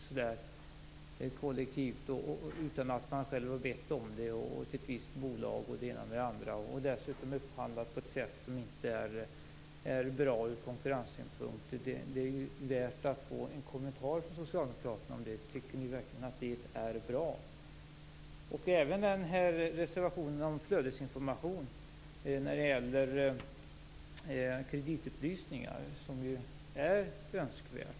Tycker ni verkligen att det är bra att man blir påförd en försäkring kollektivt hos ett visst bolag utan att man själv har bett om det? Försäkringarna är dessutom upphandlade på ett sätt som inte är bra ur konkurrenssynpunkt. Reservationen om flödesinformation när det gäller kreditupplysningar, som är önskvärt, kräver också en kommentar.